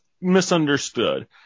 misunderstood